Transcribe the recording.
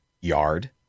yard